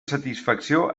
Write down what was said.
satisfacció